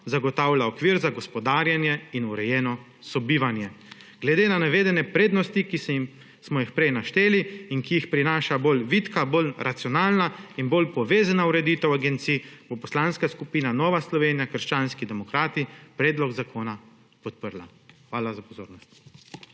zagotavlja okvir za gospodarjenje in urejeno sobivanje. Glede na navedene prednosti, ki smo jih prej našteli in ki jih prinaša bolj vitka, bolj racionalna in bolj povezava ureditev agencij, bo Poslanska skupina Nova Slovenija – krščanski demokrati predlog zakona podprla. Hvala za pozornost.